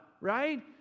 right